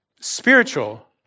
Spiritual